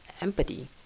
empathy